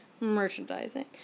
Merchandising